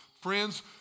Friends